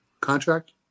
contract